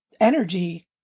energy